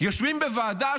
יושבים בוועדה,